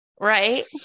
right